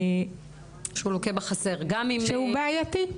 שהוא בעייתי.